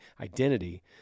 identity